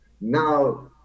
now